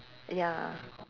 ya